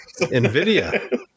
NVIDIA